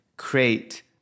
create